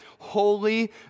holy